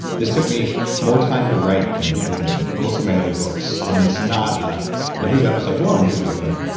this took me more time to write than than most of my other books, and it's not a here's episode one, here's what you learned.